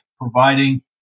providing